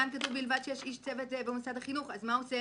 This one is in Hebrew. כאן כתוב: "ובלבד שיש איש צוות במוסד החינוך" אז מה עושה